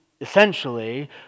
essentially